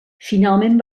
finalment